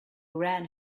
ran